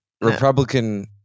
Republican